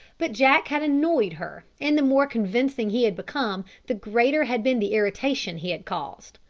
but jack had annoyed her and the more convincing he had become, the greater had been the irritation he had caused.